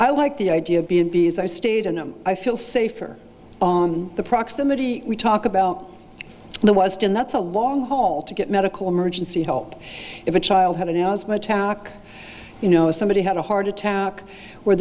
i like the idea of b and b s i've stayed in them i feel safe for the proximity we talk about the west and that's a long haul to get medical emergency help if a child had an asthma attack you know somebody had a heart attack where